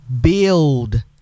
build